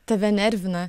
tave nervina